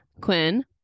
Quinn